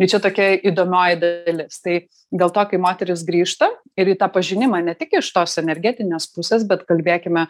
ir čia tokia įdomioji dalis tai dėl to kai moterys grįžta ir į tą pažinimą ne tik iš tos energetinės pusės bet kalbėkime